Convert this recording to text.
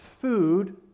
food